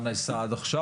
מה נעשה עד עכשיו?